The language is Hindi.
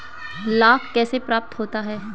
लाख कैसे प्राप्त होता है?